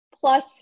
Plus